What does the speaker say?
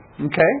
okay